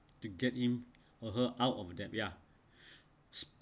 to get him or her out of debt ya